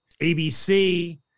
ABC